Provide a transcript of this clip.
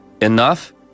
enough